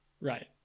Right